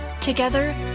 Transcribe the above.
Together